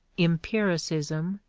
empiricism,